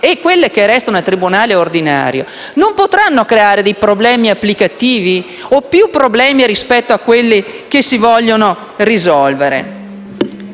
per quelle che restano, il tribunale ordinario, non potrà creare problemi applicativi o più problemi rispetto a quelli che si vogliono risolvere?